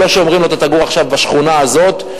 ולא שאומרים לו: אתה תגור עכשיו בשכונה הזאת,